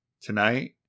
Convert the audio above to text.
tonight